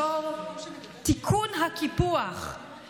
חברת הכנסת טלי.